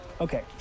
Okay